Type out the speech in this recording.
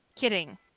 kidding